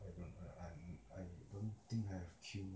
I don't I I mm I don't think I have queue